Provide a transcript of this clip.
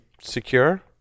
secure